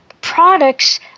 products